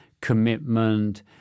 commitment